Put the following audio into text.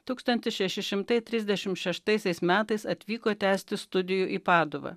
tūkstantis šeši šimtai trisdešim šeštaisiais metais atvyko tęsti studijų į paduvą